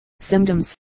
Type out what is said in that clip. Symptoms